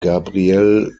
gabriel